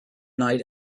night